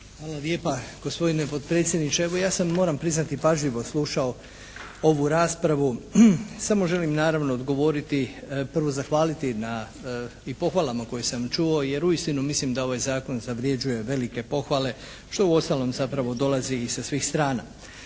Hvala lijepa gospodine potpredsjedniče. Evo ja sam moram priznati pažljivo slušao ovu raspravu. Samo želim naravno odgovoriti, prvo zahvaliti na i pohvalama koje sam čuo jer uistinu mislim da ovaj zakon zavređuje velike pohvale što uostalom zapravo dolazi i sa svih strana.